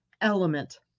element